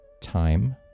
time